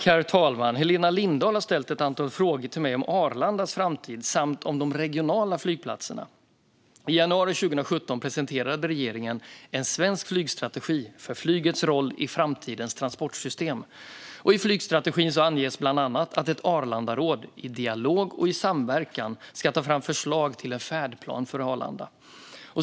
Herr talman! Helena Lindahl har ställt ett antal frågor till mig om Arlandas framtid samt om de regionala flygplatserna. I januari 2017 presenterade regeringen En svensk flygstrategi - för flygets roll i framtidens transportsystem . I flygstrategin anges bland annat att ett Arlandaråd, i dialog och samverkan, ska ta fram förslag till en färdplan för Arlanda.